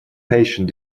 patient